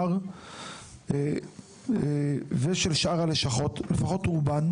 ואת מכאוביהן של שאר הלשכות; לפחות רובן.